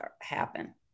happen